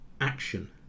action